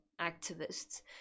activists